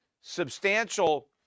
substantial